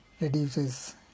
reduces